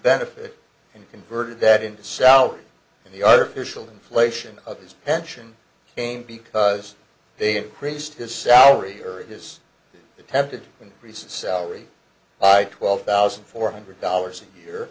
benefit and converted that into south in the artificial inflation of his pension came because they increased his salary or his attempted increase salary by twelve thousand four hundred dollars a year